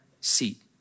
seat